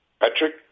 Patrick